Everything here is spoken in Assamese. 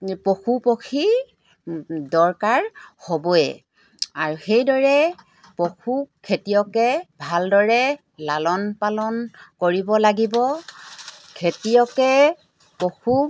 পশু পক্ষী দৰকাৰ হ'বই আৰু সেইদৰে পশুক খেতিয়কে ভালদৰে লালন পালন কৰিব লাগিব খেতিয়কে পশুক